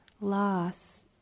loss